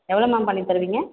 எவ்வளோ மேம் பண்ணி தருவிங்க